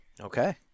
Okay